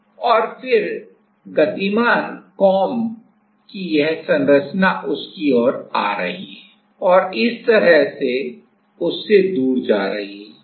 और फिर गतिमान कंघों की यह संरचना उसकी ओर आ रही है और इस तरह से उससे दूर जा रही है